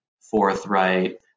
forthright